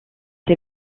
ses